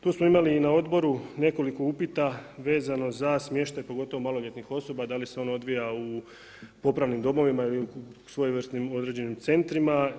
Tu smo imali i na odboru nekoliko upita vezano za smještaj pogotovo maloljetnih osoba da li se on odvija u popravnim domovima ili u svojevrsnim određenim centrima.